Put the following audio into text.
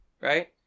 right